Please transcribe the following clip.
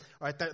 right